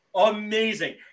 Amazing